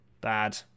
bad